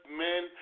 men